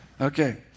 Okay